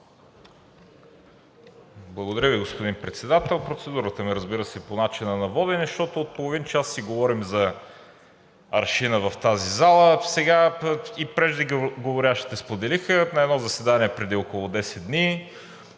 Благодаря Ви, господин Председател. Процедурата ми, разбира се, е по начина на водене, защото от половин час си говорим за аршина в тази зала. Сега и преждеговорящите споделиха, че на едно заседание преди около 10 дни